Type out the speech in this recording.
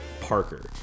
Parker